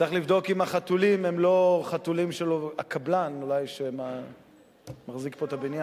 צריך לבדוק אם החתולים הם לא חתולים של הקבלן שמחזיק פה את הבניין.